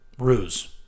Ruse